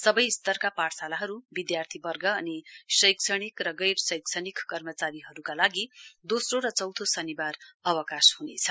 सबै स्तरका पाठशालाहरु विद्यार्थीवर्ग अनि शैक्षिणिक र गैर शैक्षिक कर्मचारीहरुका लागि दोस्रो र चौथो शनिवार अवकाश हुनेछ